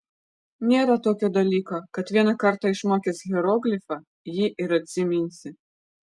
nėra tokio dalyko kad vieną kartą išmokęs hieroglifą jį ir atsiminsi